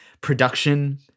production-